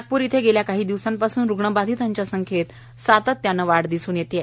नागपुर येथे गेल्या काही दिवसापासून रुग्ण बाधितांच्या संख्येत सातत्यान वाढ दिसून येते आहे